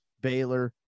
Baylor